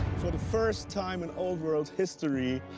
for the first time in all world history,